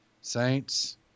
Saints